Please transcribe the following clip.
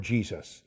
Jesus